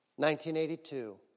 1982